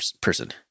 person